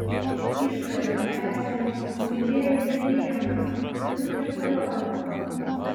išariau ežią suliejau į vieną turiu keturiolika